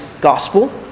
gospel